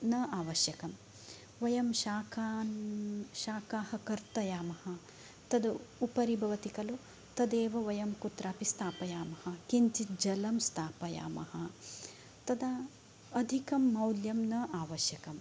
न आवश्यकं वयं शाकान् शाका कर्तयाम तदुपरी भवति खलु तदेव वयं कुत्रापि स्थापयाम किञ्चित् जलं स्थापयामः तदा अधिकं मौल्यं न आवश्यकं